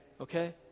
okay